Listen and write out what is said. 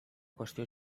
qüestió